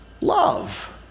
love